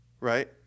right